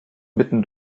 mitten